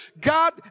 God